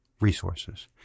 resources